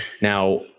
Now